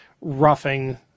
roughing